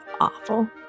awful